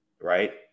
Right